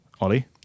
Ollie